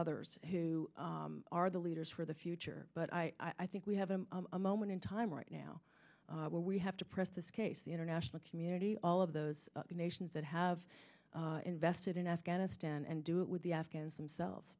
others who are the leaders for the future but i i think we have a moment in time right now where we have to press this case the international community all of those nations that have invested in afghanistan and do it with the afghans themselves